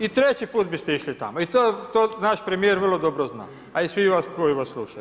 I teći put biste išli tamo i to naš premjer vrlo dobro zna, a i svi vas koji vas slušao.